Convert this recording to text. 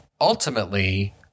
ultimately